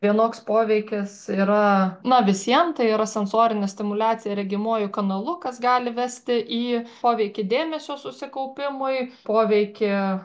vienoks poveikis yra na visiem tai yra sensorinė stimuliacija regimuoju kanalu kas gali vesti į poveikį dėmesio susikaupimui poveikį